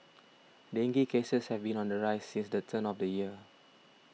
dengue cases have been on the rise since the turn of the year